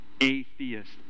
atheist